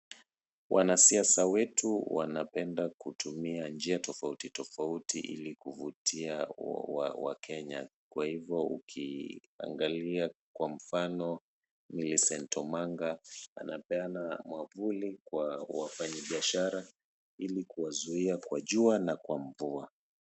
Wanasiasa wetu wanapenda kutumia njia tofauti tofauti ili kuvutia wakenya kwa hivo ukiangalia kwa mfano Millicent Omanga anapeana mwavuli kwa wafanyibiashara ili kuwazuia kwa jua na kwa mvua.